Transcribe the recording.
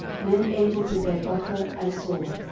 men able to bear buckler and sword,